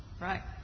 Right